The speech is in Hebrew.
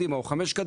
חמש?